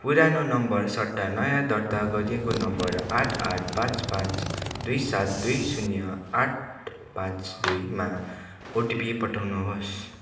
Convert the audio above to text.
पुरानो नम्बर सट्टा नयाँ दर्ता गरिएको नम्बर आठ आठ पाँच पाँच दुई सात दुई शून्य आठ पाँच दुइमा ओटिपी पठाउनु होस्